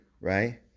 right